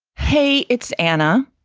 hey, it's anna.